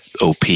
OP